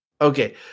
Okay